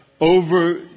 over